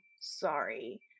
sorry